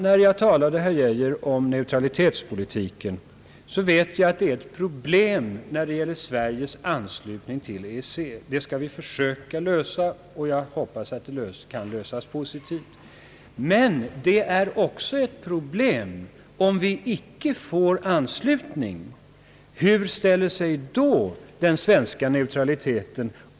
När jag talar — herr Geijer — om neutralitetspolitiken, vet jag att den utgör ett problem när det gäller Sveriges anslutning till EEC. Det problemet skall vi försöka lösa, och jag hoppas det skall lösas positivt. Men det är också ett problem, om vi inte får anslutning. Hur ställer det sig då med den svenska neutraliteten?